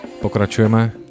pokračujeme